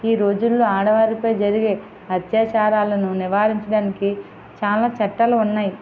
ఈరోజులలో ఆడవారిపై జరిగే అత్యాచారాలను నివారించడానికి చాలా చట్టాలు ఉన్నాయి